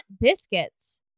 biscuits